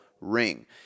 ring